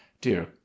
Dear